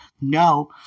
No